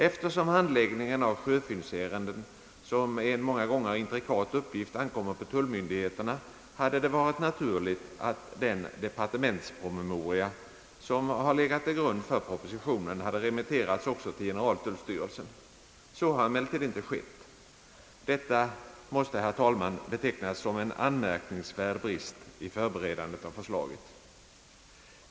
Eftersom handläggningen av = sjöfyndsärenden, som är en många gånger intrikat uppgift, ankommer på tullmyndigheterna, hade det varit naturligt, att den departementspromemoria, som har legat till grund för propositionen, hade remitterats också till generaltullstyrelsen. Så har emellertid inte skett. Detta måste betecknas som en anmärkningsvärd brist i förberedandet av förslaget.